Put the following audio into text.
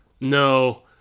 No